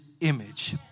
image